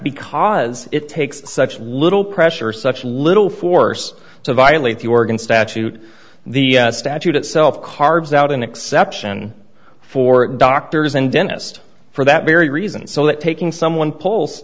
because it takes such little pressure such little force to violate the organ statute the statute itself carves out an exception for doctors and dentist for that very reason so that taking someone polls